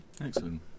Excellent